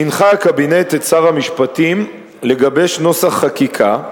הנחה הקבינט את שר המשפטים לגבש נוסח חקיקה,